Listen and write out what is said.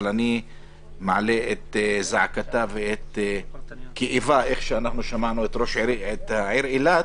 אבל אני מעלה את זעקתה וכאבה כמו ששמענו את ראש העיר אילת